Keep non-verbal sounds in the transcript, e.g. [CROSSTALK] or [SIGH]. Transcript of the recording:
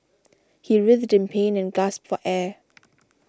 [NOISE] he writhed in pain and gasped for air